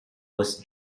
was